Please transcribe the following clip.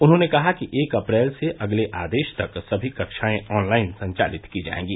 उन्होंने कहा कि एक अप्रैल से अगले आदेश तक सभी कक्षाएं ऑनलाइन संचालित की जायेंगी